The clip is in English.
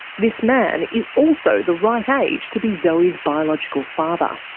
this man is also the right age to be zoe's biological father.